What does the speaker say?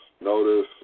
notice